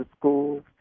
schools